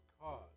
Cause